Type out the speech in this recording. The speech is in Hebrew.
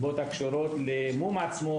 המום עצמו.